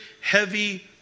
heavy